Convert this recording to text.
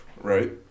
Right